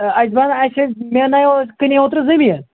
ہَے اَسہِ بنا اَسہِ مٮ۪ننایو کٕنٮ۪و اَوٗترٕ زمیٖن